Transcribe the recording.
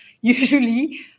usually